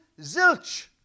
zilch